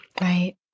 Right